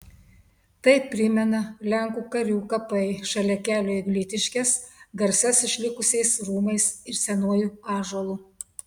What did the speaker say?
tai primena lenkų karių kapai šalia kelio į glitiškes garsias išlikusiais rūmais ir senuoju ąžuolu